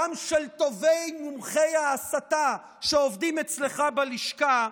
גם של טובי מומחי ההסתה שעובדים אצלך בלשכה,